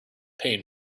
pain